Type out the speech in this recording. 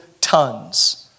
tons